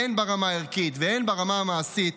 הן ברמה הערכית והן ברמה המעשית,